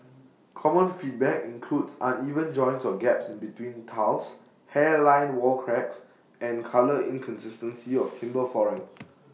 common feedback includes uneven joints or gaps in between tiles hairline wall cracks and colour inconsistency of timber flooring